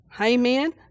Amen